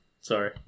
Sorry